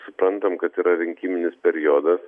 suprantam kad yra rinkiminis periodas